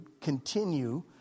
continue